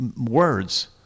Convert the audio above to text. words